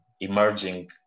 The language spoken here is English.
emerging